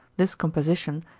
this composition,